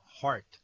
heart